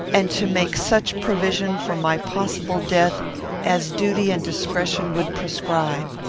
and to make such provision for my possible death as duty and discretion would prescribe.